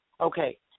Okay